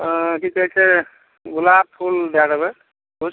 अँए कि कहै छै ने गुलाब फूल दै देबै किछु